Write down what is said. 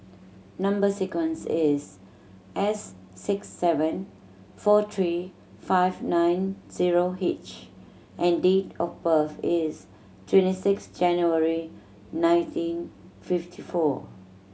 number sequence is S six seven four three five nine zero H and date of birth is twenty six January nineteen fifty four